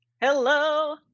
Hello